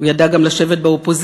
הוא ידע גם לשבת באופוזיציה.